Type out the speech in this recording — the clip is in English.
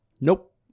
Nope